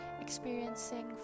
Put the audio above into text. experiencing